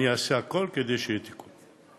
אני אעשה הכול כדי שיהיה תיקון.